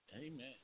Amen